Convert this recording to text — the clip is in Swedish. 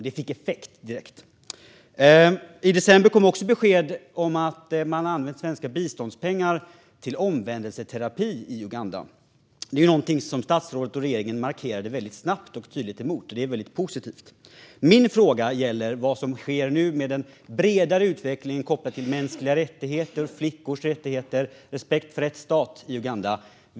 Det fick effekt direkt. I december kom också besked om att man använt svenska biståndspengar till omvändelseterapi i Uganda. Det är någonting som statsrådet och regeringen markerade snabbt och tydligt mot, och det är väldigt positivt. Min fråga gäller vad som sker nu med den bredare utvecklingen kopplat till mänskliga rättigheter, flickors rättigheter och respekt för rättsstaten i Uganda.